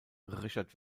richard